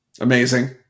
Amazing